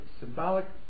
symbolic